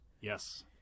Yes